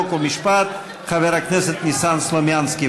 חוק ומשפט חבר הכנסת ניסן סלומינסקי,